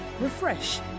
refresh